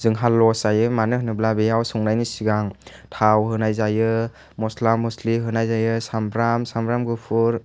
जोंहा लस जायो मानो होनोब्ला बेयाव संनायनि सिगां थाव होनाय जायो मस्ला मस्लि होनाय जायो सामब्राम सामब्राम गुफुर